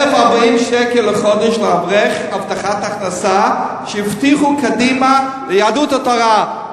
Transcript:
1,040 שקל לחודש לאברך הבטחת הכנסה שהבטיחה קדימה ליהדות התורה.